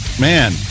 Man